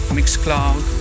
Mixcloud